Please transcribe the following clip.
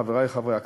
חברי חברי הכנסת,